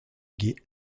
guet